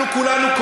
אנחנו כולנו,